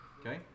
Okay